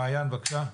מעיין, בבקשה.